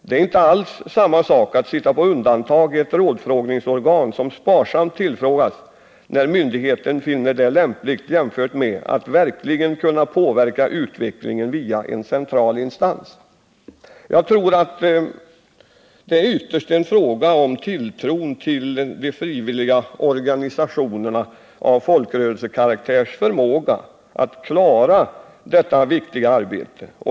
Det är inte alls samma sak att sitta på undantag i ett rådfrågningsorgan som sparsamt tillfrågas när myndigheten finner det lämpligt jämfört med att verkligen kunna påverka utvecklingen via en central Jag tror att detta ytterst är en fråga om tilltron till att de frivilliga organisationerna av folkrörelsekaraktär kan klara detta viktiga arbete.